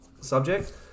subject